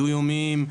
דו-יומיים,